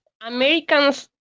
Americans